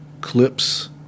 clips